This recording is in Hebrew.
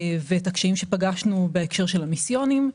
למשל את הקשיים שפגשנו בהקשר של המיסיונים.